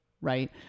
right